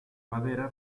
madera